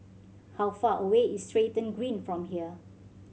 how far away is Stratton Green from here